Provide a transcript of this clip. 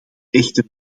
echter